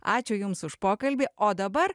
ačiū jums už pokalbį o dabar